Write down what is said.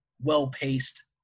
well-paced